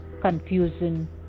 confusion